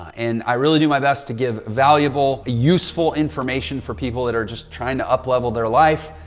and i really do my best to give valuable, useful information for people that are just trying to uplevel their life.